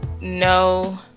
No